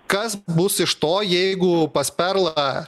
kas bus iš to jeigu pas perlą